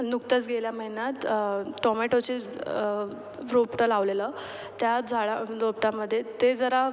नुकतंच गेल्या महिन्यात टोमॅटोचे रोपटं लावलेलं त्या झाडा रोपटामध्ये ते जरा